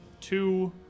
two